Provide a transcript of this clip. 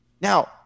now